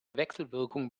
wechselwirkung